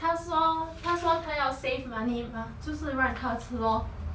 她说她说她要 save money mah 就是让她吃 lor